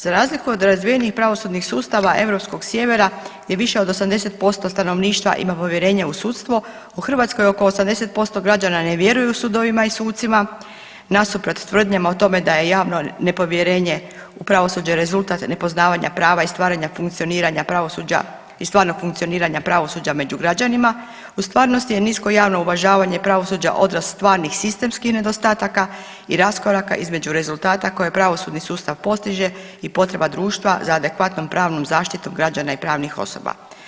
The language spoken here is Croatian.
Za razliku od razvijenih pravosudnih sustava europskog Sjevera je više od 80% stanovništva ima povjerenje u sudstvo, u Hrvatskoj oko 80% građana ne vjeruju sudovima i sucima, nasuprot tvrdnjama o tome da je javno nepovjerenje u pravosuđe rezultat nepoznavanja prava i stvaranja funkcioniranja pravosuđa i stvarnog funkcioniranja pravosuđa među građanima u stvarnosti je nisko javno uvažavanje pravosuđa odraz stvarnih sistemskih nedostataka i raskoraka između rezultata koje pravosudni sustav postiže i potreba društva za adekvatnom pravnom zaštitom građana i pravnih osoba.